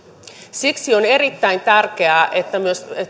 siksi on erittäin tärkeää että